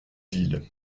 ville